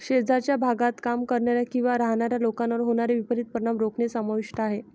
शेजारच्या भागात काम करणाऱ्या किंवा राहणाऱ्या लोकांवर होणारे विपरीत परिणाम रोखणे समाविष्ट आहे